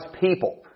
people